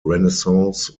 renaissance